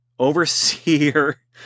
Overseer